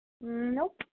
Nope